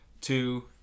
Two